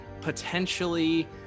potentially